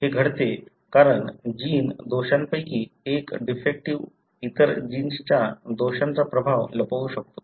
हे घडते कारण जीन दोषांपैकी एक डिफेक्ट इतर जीन्सच्या दोषांचा प्रभाव लपवू शकतो